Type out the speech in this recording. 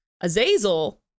Azazel